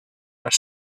are